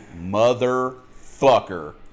motherfucker